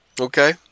Okay